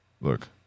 Look